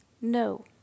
no